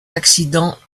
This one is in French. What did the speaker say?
accidents